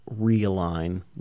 realign